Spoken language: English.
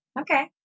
okay